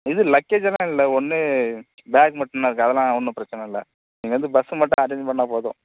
இது லக்கேஜெல்லாம் இல்லை ஒன்று பேக் மட்டும் தான் இருக்குது அதல்லாம் ஒன்றும் பிரச்சனை இல்லை நீங்கள் வந்து பஸ்ஸு மட்டும் அரேஞ்ச் பண்ணால் போதும்